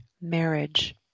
marriage